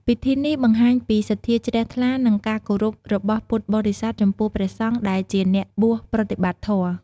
ពិធីនេះបង្ហាញពីសទ្ធាជ្រះថ្លា និងការគោរពរបស់ពុទ្ធបរិស័ទចំពោះព្រះសង្ឃដែលជាអ្នកបួសប្រតិបត្តិធម៌។